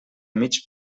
mig